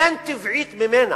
אין טבעית ממנה,